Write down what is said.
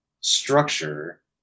structure